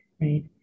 Right